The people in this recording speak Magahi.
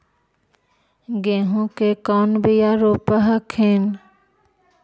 गेहूं के कौन बियाह रोप हखिन?